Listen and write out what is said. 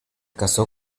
casó